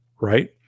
right